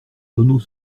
tonneaux